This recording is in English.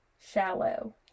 shallow